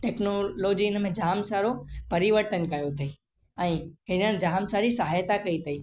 technology हिन में जाम सारो परिवर्तन कयो अथईं ऐं हिन जाम सारी सहायता कई अथईं